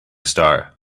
star